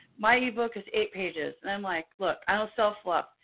my ebook is eight pages and i'm like, look, i don't sell fluff.